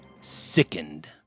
sickened